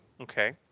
Okay